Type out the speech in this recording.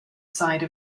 side